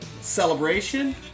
celebration